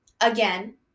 Again